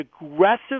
aggressive